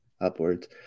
upwards